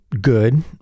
good